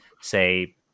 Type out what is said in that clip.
say